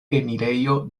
enirejo